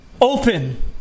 open